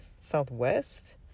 southwest